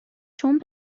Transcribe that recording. چون